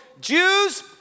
Jews